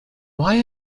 why